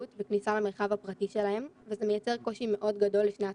וכניסה למרחב הפרטי שלהם וזה מייצר קושי מאוד גדול לשני הצדדים.